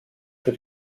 für